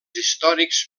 històrics